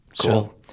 Cool